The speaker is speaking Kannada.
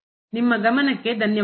ನಿಮ್ಮ ಗಮನಕ್ಕೆ ಧನ್ಯವಾದಗಳು